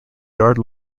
yard